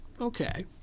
Okay